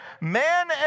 Man